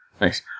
Nice